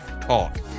talk